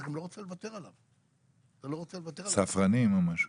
שאתה לא רוצה לוותר עליו, בכל מיני תחומים.